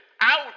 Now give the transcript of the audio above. out